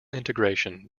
integration